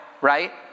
right